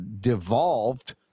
devolved